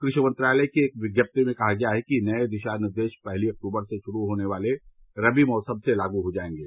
कृषि मंत्रालय की एक विज्ञप्ति में कहा गया है कि नए दिशा निर्देश पहली अक्तूबर से शुरू होने वाले रबी मौसम से लागू हो जाएंगे